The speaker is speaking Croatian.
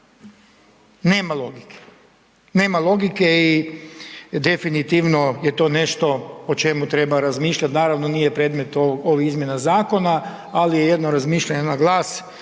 Nema logike, nema logike i definitivno je to nešto o čemu treba razmišljati, naravno nije predmet ove izmjene zakona, ali jedno razmišljanje na glas